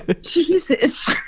Jesus